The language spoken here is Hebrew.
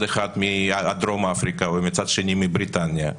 אחד מדרום אפריקה ומצד שני מבריטניה.